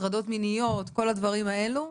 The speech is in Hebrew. הטרדות מיניות, כל הדברים האלו,